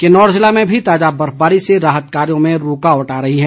किन्नौर जिले में भी ताजा बर्फबारी से राहत कार्यों में रूकावट आ रही है